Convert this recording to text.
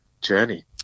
journey